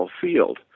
field